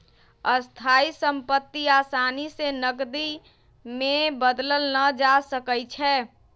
स्थाइ सम्पति असानी से नकदी में बदलल न जा सकइ छै